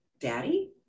Daddy